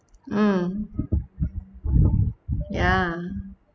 mm ya